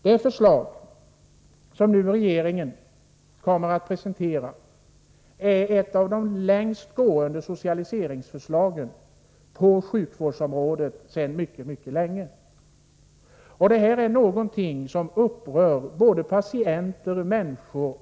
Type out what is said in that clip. Det förslag som regeringen snart kommer att presentera är ett av de längstgående socialiseringsförslagen på sjukvårdsområdet på mycket, mycket länge, och det upprör såväl patienter och läkare som andra människor.